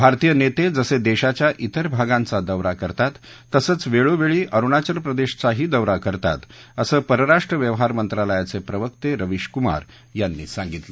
भारतीय नेते जसे देशाच्या त्रिर भागांचा दौरा करतात तसंच वेळोवेळी अरुणाचल प्रदेशचाही दौरा करतात असं परराष्ट्र व्यवहार मंत्रालयाचे प्रवक्ते रवीश कुमार यांनी सांगितलं